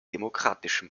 demokratischen